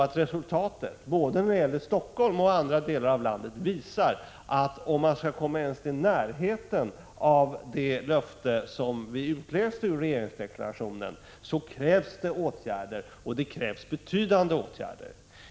1985/86:142 resultatet, när det gäller både Helsingfors och andra delar av landet, visar att 15 maj 1986 om man skall komma ens i närheten av det löfte som vi utläser ur regeringsdeklarationen, så krävs det betydande åtgärder.